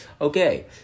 Okay